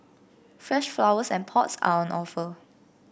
fresh flowers and pots are on offer